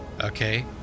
okay